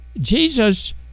Jesus